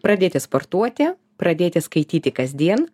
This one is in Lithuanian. pradėti sportuoti pradėti skaityti kasdien